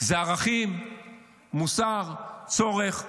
זה ערכים, מוסר, צורך.